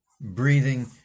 breathing